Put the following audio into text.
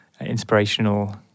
inspirational